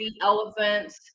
elephants